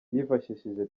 yifashishije